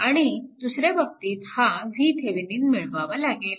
आणि दुसऱ्या बाबतीत हा VThevenin मिळवावा लागेल